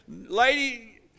Lady